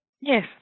Yes